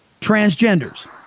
transgenders